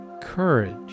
courage